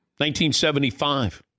1975